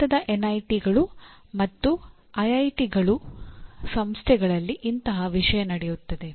ಭಾರತದ ಎನ್ಐಟಿಗಳು ಸಂಸ್ಥೆಗಳಲ್ಲಿ ಇಂತಹ ವಿಷಯ ನಡೆಯುತ್ತದೆ